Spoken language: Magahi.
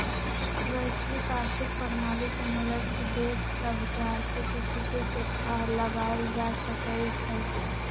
वैश्विक आर्थिक प्रणाली के मदद से देश सभके आर्थिक स्थिति के थाह लगाएल जा सकइ छै